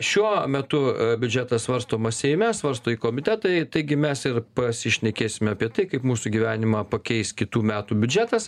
šiuo metu biudžetas svarstomas seime svarsto ir komitetai taigi mes ir pasišnekėsime apie tai kaip mūsų gyvenimą pakeis kitų metų biudžetas